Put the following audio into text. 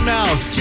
Mouse